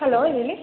hello ಹೇಳಿ